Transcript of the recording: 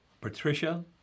Patricia